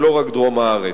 ולא רק דרום הארץ.